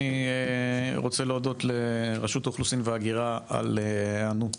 אני רוצה להודות לרשות האוכלוסין וההגירה על ההיענות